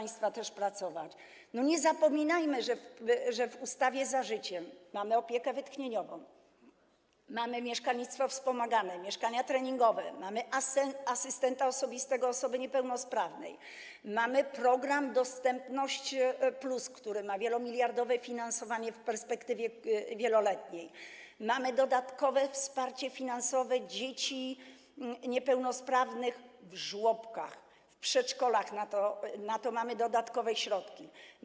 Nie zapominajmy, że w ustawie „Za życiem” mamy opiekę wytchnieniową, mamy mieszkalnictwo wspomagane, mieszkania treningowe, mamy asystenta osobistego osoby niepełnosprawnej, mamy program Dostępność+, który ma wielomiliardowe finansowanie w perspektywie wieloletniej, mamy dodatkowe wsparcie finansowe dzieci niepełnosprawnych w żłobkach, w przedszkolach - mamy na to dodatkowe środki.